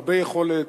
הרבה יכולת,